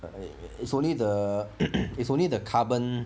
it's only it's only the carbon